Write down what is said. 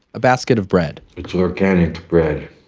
a basket of bread it's organic bread